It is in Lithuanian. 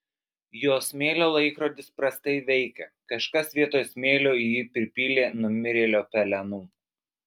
jos smėlio laikrodis prastai veikia kažkas vietoj smėlio į jį pripylė numirėlio pelenų